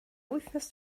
wythnos